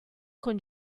con